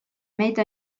meid